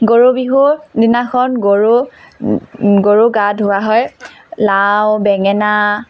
গৰু বিহু দিনাখন গৰু গৰু গা ধোওৱা হয় লাও বেঙেনা